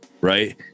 Right